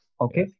okay